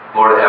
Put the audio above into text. Lord